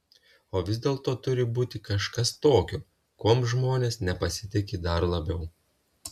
o vis dėlto turi būti kažkas tokio kuom žmonės nepasitiki dar labiau